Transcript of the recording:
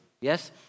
Yes